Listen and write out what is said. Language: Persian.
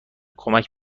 کمک